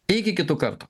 iki kitų kartų